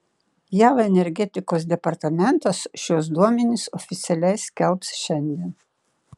jav energetikos departamentas šiuos duomenis oficialiai skelbs šiandien